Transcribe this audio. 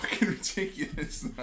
ridiculous